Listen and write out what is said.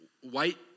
white